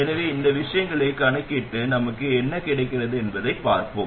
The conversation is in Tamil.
எனவே இந்த விஷயங்களைக் கணக்கிட்டு நமக்கு என்ன கிடைக்கிறது என்பதைப் பார்ப்போம்